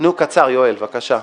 יואל, בבקשה,